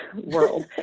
world